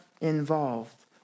involved